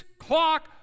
clock